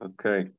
Okay